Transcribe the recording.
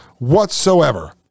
whatsoever